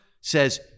says